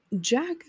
Jack